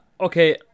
okay